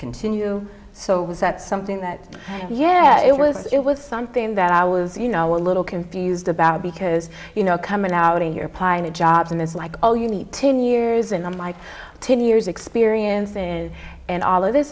continue so was that something that yeah it was it was something that i was you know a little confused about because you know coming out here pioneer jobs and it's like oh you need ten years and i'm like ten years experience and and all of this